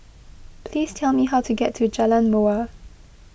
please tell me how to get to Jalan Mawar